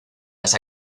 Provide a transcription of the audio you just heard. las